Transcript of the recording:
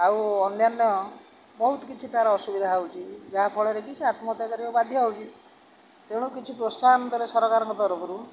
ଆଉ ଅନ୍ୟାନ୍ୟ ବହୁତ କିଛି ତା'ର ଅସୁବିଧା ହେଉଛି ଯାହାଫଳରେ କି ସେ ଆତ୍ମହତ୍ୟା କରିବାକୁ ବାଧ୍ୟ ହେଉଛି ତେଣୁ କିଛି ପ୍ରୋତ୍ସାହନ ଦେଲେ ସରକାରଙ୍କ ତରଫରୁ